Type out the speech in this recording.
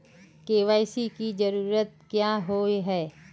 KYC की जरूरत क्याँ होय है?